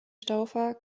staufer